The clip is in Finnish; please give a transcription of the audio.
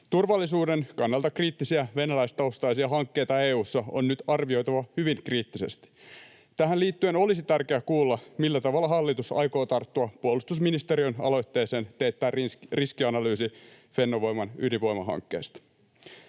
Turvallisuuden kannalta kriittisiä venäläistaustaisia hankkeita EU:ssa on nyt arvioitava hyvin kriittisesti. Tähän liittyen olisi tärkeää kuulla, millä tavalla hallitus aikoo tarttua puolustusministeriön aloitteeseen teettää riskianalyysi Fennovoiman ydinvoimahankkeesta.